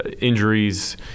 injuries